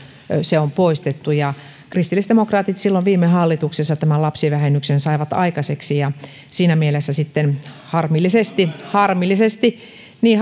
on poistettu kristillisdemokraatit silloin viime hallituksessa tämän lapsivähennyksen saivat aikaiseksi ja siinä mielessä sitten harmillisesti harmillisesti niin